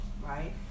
right